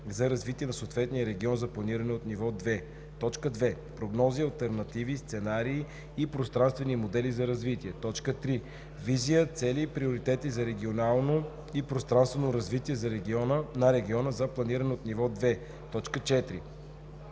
за развитие на съответния регион за планиране от ниво 2; 2. прогнози, алтернативни сценарии и пространствени модели за развитие; 3. визия, цели и приоритети за регионално и пространствено развитие на региона за планиране от ниво 2;